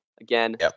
Again